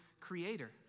creator